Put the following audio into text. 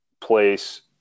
place